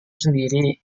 sendiri